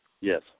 Yes